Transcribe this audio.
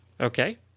Okay